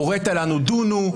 הורית לנו דונו,